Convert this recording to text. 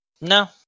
No